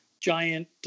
giant